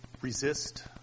resist